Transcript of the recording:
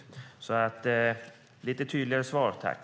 Jag skulle alltså vilja ha lite tydligare svar, tack!